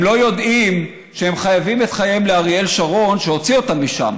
הם לא יודעים שהם חייבים את חייהם לאריאל שרון שהוציא אותם משם,